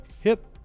hip